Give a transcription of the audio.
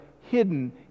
hidden